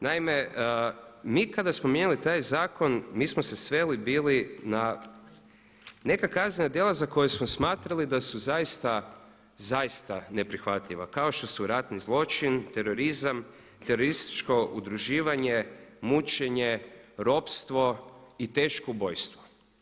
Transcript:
Naime, mi kada smo mijenjali taj zakon mi smo se sveli bili na neka kaznena djela za koja smo smatrali da su zaista, zaista neprihvatljiva kao što su ratni zločin, terorizam, terorističko udruživanje, mučenje, ropstvo i teško ubojstvo.